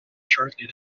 shortly